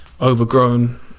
overgrown